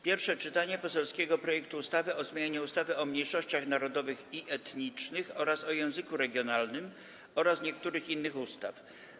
Pierwsze czytanie poselskiego projektu ustawy o zmianie ustawy o mniejszościach narodowych i etnicznych oraz o języku regionalnym, oraz niektórych innych ustaw.